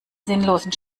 sinnlosen